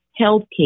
Healthcare